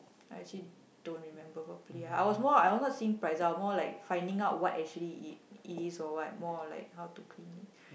I actually don't remember properly ah I was more I was not seem for example like finding out what actually it is or what more or like how to clean it